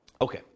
Okay